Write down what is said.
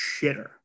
shitter